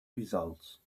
results